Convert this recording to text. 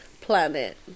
planet